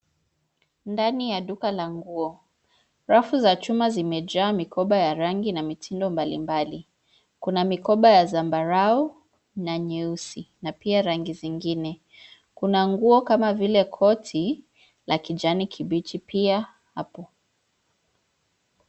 Ndani ya duka la nguo, rafu za chuma zimejaa mikoba ya rangi na mitindo mbali mbali, kuna mikoba ya zambarau, na nyeusi, na pia rangi zingine, kuna nguo kama vile koti la kijani kibichi pia hapo.